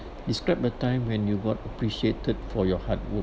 describe a time when you got appreciated for your hard work